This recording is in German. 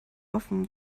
offen